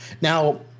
Now